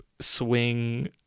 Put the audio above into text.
swing